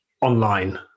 online